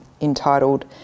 entitled